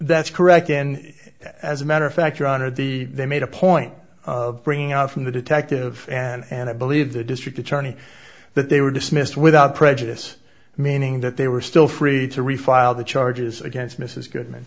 that's correct and as a matter of fact your honor the they made a point of bringing out from the detective and i believe the district attorney that they were dismissed without prejudice meaning that they were still free to refile the charges against mrs goodman